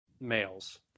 males